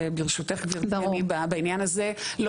וברשותך גברתי אין לי בעניין הזה לא